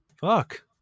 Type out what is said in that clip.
Fuck